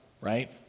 right